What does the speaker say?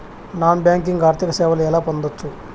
Non banking ఆర్థిక సేవలు ఎలా పొందొచ్చు?